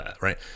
right